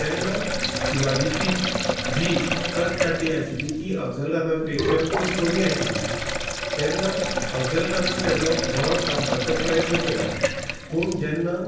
तेन्ना शिवाजीची जी कथ काटी आशिल्ली ती अफजल खाना पेक्षा खूब कमी आशिल्ली तेन्ना अफजल खानान तेजो गोळो थांबपाचो प्रयत्न केलो पूण जेन्ना